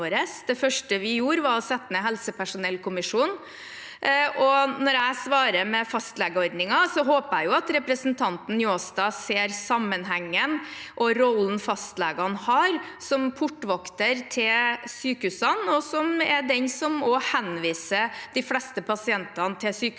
Det første vi gjorde, var å sette ned helsepersonellkommisjonen. Når jeg svarer med fastlegeordningen, håper jeg at representanten Njåstad ser sammenhengen og rollen fastlegene har som portvoktere til sykehusene, og som er de som også henviser de fleste pasientene til sykehusene.